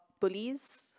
bullies